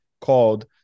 called